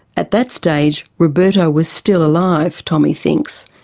at that stage roberto was still alive, tommy thinks,